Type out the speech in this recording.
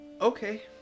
Okay